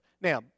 Now